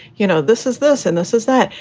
you know, this is this and this is that.